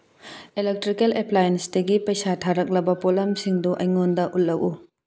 electrical ꯑꯦꯄ꯭ꯂꯥꯏꯌꯦꯟꯁꯗꯒꯤ ꯄꯩꯁꯥ ꯊꯥꯔꯛꯂꯕ ꯄꯣꯠꯂꯝꯁꯤꯡꯗꯨ ꯑꯩꯉꯣꯟꯗ ꯎꯠꯂꯛꯎ